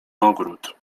ogród